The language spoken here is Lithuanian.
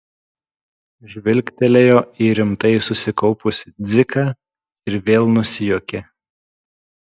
žvilgtelėjo į rimtai susikaupusį dziką ir vėl nusijuokė